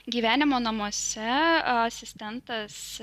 gyvenimo namuose asistentas